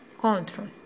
Control